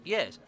Yes